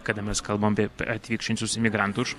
kada mes kalbam apie atvykstančius migrantus